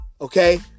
okay